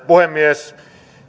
puhemies